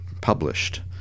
published